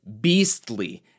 beastly